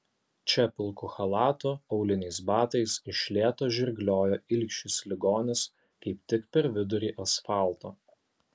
čia pilku chalatu auliniais batais iš lėto žirgliojo ilgšis ligonis kaip tik per vidurį asfalto